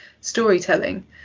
storytelling